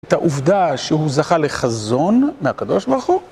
את העובדה שהוא זכה לחזון מהקדוש ברוך הוא.